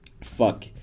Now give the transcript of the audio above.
fuck